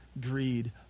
greed